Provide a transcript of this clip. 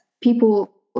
people